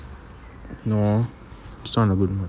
no he's not in a good mood